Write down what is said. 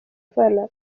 avana